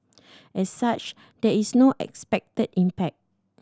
as such there is no expected impact